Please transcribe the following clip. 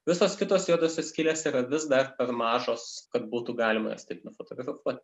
visos kitos juodosios skylės yra vis dar per mažos kad būtų galima jas taip nufotografuoti